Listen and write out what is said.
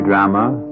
Drama